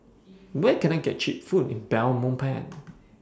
Where Can I get Cheap Food in Belmopan